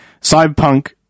Cyberpunk